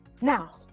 Now